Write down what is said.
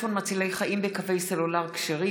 חסימת מספרי טלפון מצילי חיים בקווי סלולר כשרים,